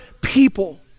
people